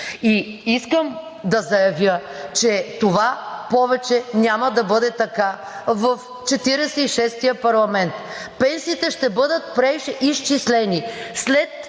Искам да заявя, че това повече няма да бъде така в 46-тия парламент – пенсиите ще бъдат преизчислени